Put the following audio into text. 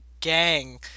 Gang